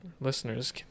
listeners